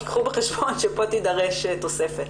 כי קחו בחשבון שפה תידרש תוספת.